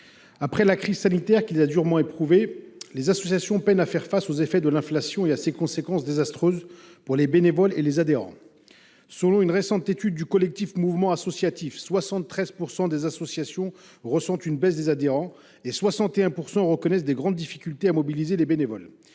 Après la crise sanitaire, qui les a durement éprouvées, les associations peinent à faire face aux effets de l’inflation et à ses conséquences désastreuses pour les bénévoles et les adhérents. Selon une récente étude du collectif Mouvement associatif, 73 % des associations connaissent une baisse de leurs adhérents et 61 % rencontrent de grandes difficultés pour mobiliser les bénévoles.